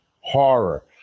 horror